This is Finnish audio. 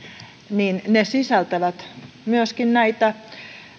ne sisältävät näitä